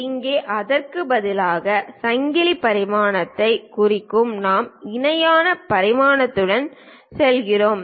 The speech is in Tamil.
இங்கே அதற்கு பதிலாக சங்கிலி பரிமாணத்தைக் குறிக்கும் நாம் இணையான பரிமாணத்துடன் செல்கிறோம்